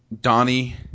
Donnie